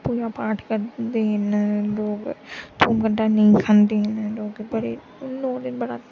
पूजा पाठ करदे न लोग थूम गंडा नेईं खंदे न लोक पर नौ दिन बड़ा